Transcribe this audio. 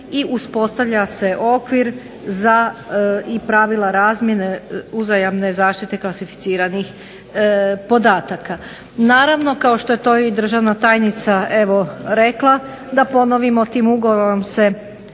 i uspostavlja se okvir za i pravila razmjene uzajamne zaštite klasificiranih podataka. Naravno, kao što je to i državna tajnica rekla, da ponovimo tim ugovorom se